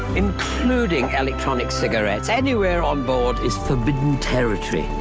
including electronic cigarettes, anywhere onboard is forbidden territory,